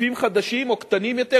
גופים חדשים או קטנים יותר,